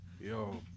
Yo